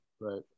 Right